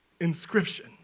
inscription